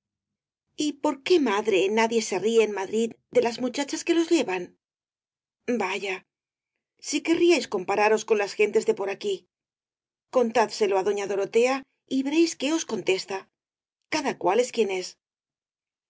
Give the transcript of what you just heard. y por qué madre nadie se ríe en madrid de las muchachas que los llevan vaya si querríais compararos con las gentes de por aquí contádselo á doña dorotea y veréis qué os contesta cada cual es quien es